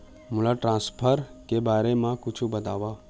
मोला ट्रान्सफर के बारे मा कुछु बतावव?